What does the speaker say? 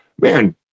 man